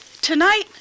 Tonight